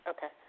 Okay